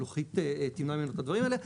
הלוחית תמנע ממנו את הדברים האלה?